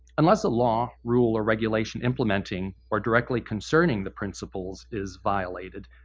unless a law, rule, or regulation implementing or directly concerning the principles is violated,